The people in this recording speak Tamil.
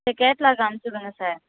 கேட்லாக் அமிச்சிவுடுங்க சார்